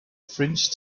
fringe